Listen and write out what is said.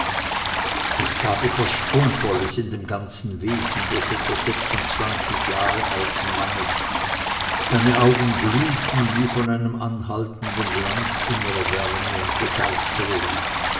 es gab etwas schwungvolles in dem ganzen wesen des etwa sechsundzwanzig jahre alten mannes seine augen glühten wie von einem anhaltenden glanze innerer wärme und begeisterung